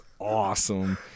awesome